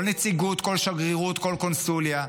כל נציגות, כל שגרירות, כל קונסוליה,